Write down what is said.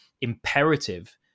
imperative